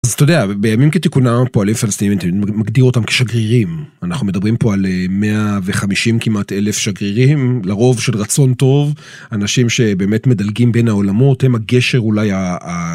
אז אתה יודע, בימים כתיקונם פועלים פלסטינים מגדיר אותם כשגרירים אנחנו מדברים פה על 150 כמעט אלף שגרירים לרוב של רצון טוב אנשים שבאמת מדלגים בין העולמות הם הגשר אולי ה..